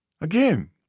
Again